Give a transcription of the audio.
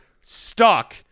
stuck